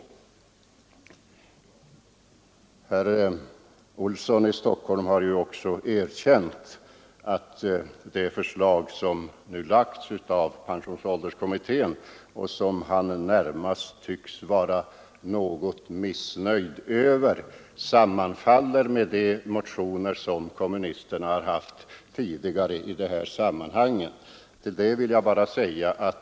Herr Olsson i Stockholm har också erkänt att det förslag som nu lagts av pensionsålderskommittén, som han närmast tycks vara något missnöjd över, sammanfaller med de motioner som kommunisterna haft i det här sammanhanget.